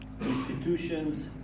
institutions